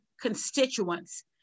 constituents